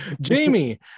jamie